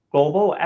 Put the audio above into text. Global